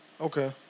Okay